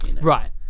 Right